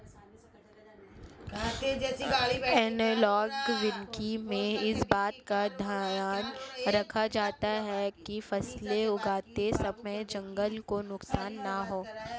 analogue वानिकी में इस बात का ध्यान रखा जाता है कि फसलें उगाते समय जंगल को नुकसान ना हो